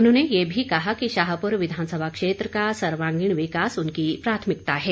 उन्होंने ये भी कहा कि शाहपुर विधानसभा क्षेत्र का सर्वागीण विकास उनकी प्राथमिकता है